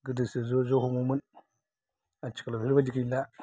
गोदोसो ज' ज' हमोमोन आथिखालाव बेफोरबायदि गैला